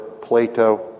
Plato